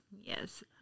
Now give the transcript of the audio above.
Yes